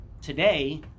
today